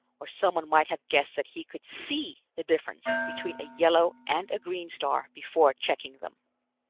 or someone might have guessed that he could see the difference between a yellow and a green star before checking them.